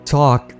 talk